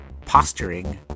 posturing